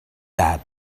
that